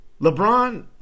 LeBron